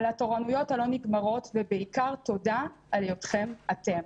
על התורנויות הלא נגמרות ובעיקר תודה על היותכם אתם.